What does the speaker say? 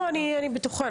אני בטוחה.